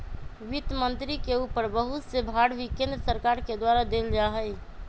वित्त मन्त्री के ऊपर बहुत से भार भी केन्द्र सरकार के द्वारा देल जा हई